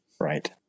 Right